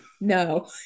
no